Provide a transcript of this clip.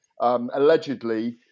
Allegedly